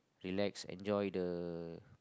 relax enjoy the